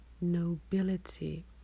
nobility